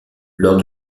lors